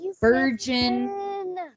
virgin